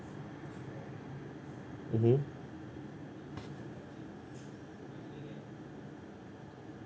mmhmm